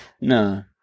No